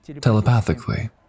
telepathically